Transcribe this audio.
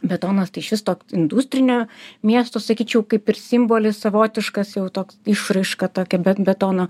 betonas tai šis toks industrinio miesto sakyčiau kaip ir simbolis savotiškas jau toks išraiška tokia bet betono